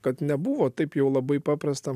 kad nebuvo taip jau labai paprasta